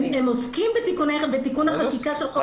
הם עוסקים בתיקון החקיקה של חוק זכויות החולה.